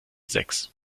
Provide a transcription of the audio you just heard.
sechs